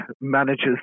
manages